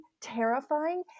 terrifying